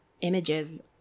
images